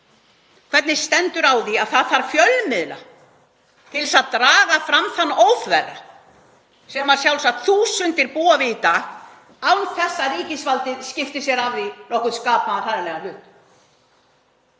Hvernig stendur á því að það þarf fjölmiðla til að draga fram þann óþverra sem sjálfsagt þúsundir búa við í dag án þess að ríkisvaldið skipti sér nokkurn skapaðan hlut